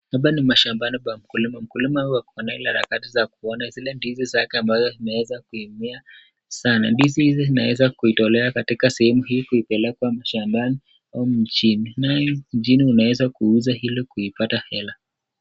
Hapa ni shambani kwa mkulima. Mkulima ako kwa ile harakati ya kuona zile ndizi zake ambazo zimeweza kumea sana. Ndizi hizo zimeweza kutolewa katika sehemu hii kupekekwa mashambani au mjini. Nayo mjini unaweza kuuza ili kupata hela.